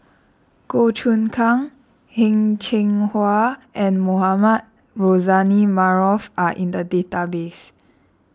Goh Choon Kang Heng Cheng Hwa and Mohamed Rozani Maarof are in the database